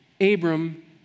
Abram